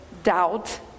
doubt